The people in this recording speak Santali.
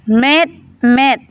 ᱢᱮᱸᱫ ᱢᱮᱸᱫ